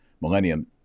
millennium